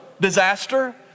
disaster